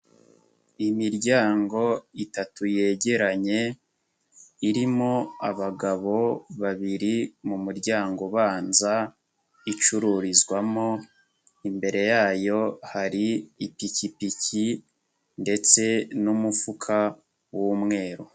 Imiryango itatu yegeranye, irimo abagabo babiri mu muryango ubanza, icururizwamo, imbere yayo hari ipikipiki ndetse n'umufuka w'umweru.